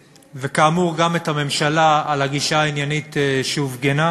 וכאמור גם לממשלה, על הגישה העניינית שהופגנה.